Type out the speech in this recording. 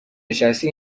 نشستی